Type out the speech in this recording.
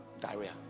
diarrhea